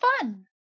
fun